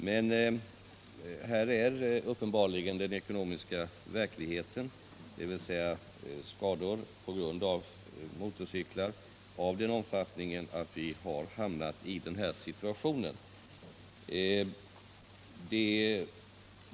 Men den ekonomiska verkligheten när det gäller skador på grund av motorcyklar är uppenbarligen sådan att vi hamnat i den situationen.